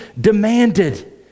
demanded